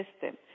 system